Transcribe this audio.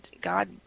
God